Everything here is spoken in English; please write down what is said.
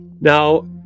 Now